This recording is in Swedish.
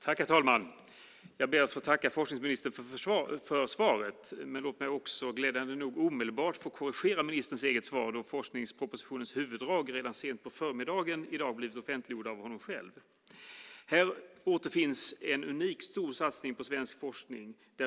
Herr talman! Jag ber att få tacka forskningsministern för svaret. Låt mig också, glädjande nog, omedelbart få korrigera ministerns eget svar då forskningspropositionens huvuddrag sent på förmiddagen i dag blivit offentliggjorda av honom själv. Här återfinns en unikt stor satsning på svensk forskning.